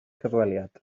cyfweliad